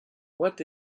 what